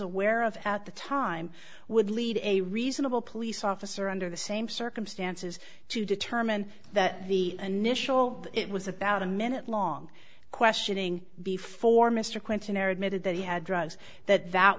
aware of at the time would lead a reasonable police officer under the same circumstances to determine that the initial it was about a minute long questioning before mr clinton air admitted that he had drugs that that